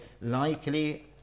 likely